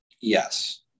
yes